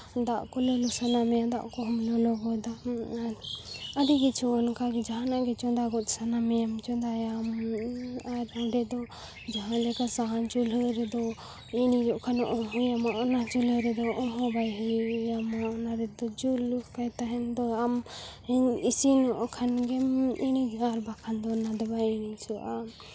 ᱫᱟᱜ ᱠᱚ ᱞᱚᱞᱚ ᱥᱟᱱᱟ ᱢᱮᱭᱟ ᱫᱟᱜ ᱠᱚᱦᱚᱸᱢ ᱞᱚᱞᱚ ᱜᱚᱫᱟ ᱟᱹᱰᱤ ᱠᱤᱪᱷᱩ ᱚᱱᱠᱟᱜᱮ ᱡᱟᱦᱟᱱᱟᱜ ᱜᱮ ᱪᱚᱸᱫᱟ ᱜᱚᱫ ᱥᱟᱱᱟ ᱢᱮᱭᱟ ᱪᱚᱸᱫᱟᱭᱟᱢ ᱟᱨ ᱚᱸᱰᱮ ᱫᱚ ᱡᱟᱦᱟᱸ ᱞᱮᱠᱟ ᱥᱟᱦᱟᱱ ᱪᱩᱞᱦᱟᱹ ᱨᱮᱫᱚ ᱚᱱᱟ ᱪᱩᱞᱦᱟᱹ ᱨᱮᱫᱚ ᱚᱝ ᱦᱚᱸ ᱵᱟᱭ ᱦᱩᱭ ᱟᱢᱟ ᱚᱱᱟ ᱨᱮᱫᱚ ᱡᱩᱞ ᱞᱮᱠᱟᱭ ᱛᱟᱦᱮᱱ ᱫᱚ ᱟᱢ ᱤᱥᱤᱱᱚᱜ ᱠᱷᱟᱱ ᱜᱮᱢ ᱤᱲᱤᱡᱚᱜᱼᱟ ᱵᱟᱠᱷᱟᱱ ᱚᱱᱟᱫᱚ ᱵᱟᱭ ᱤᱲᱤᱡᱚᱜᱼᱟ